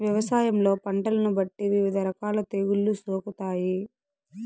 వ్యవసాయంలో పంటలను బట్టి వివిధ రకాల తెగుళ్ళు సోకుతాయి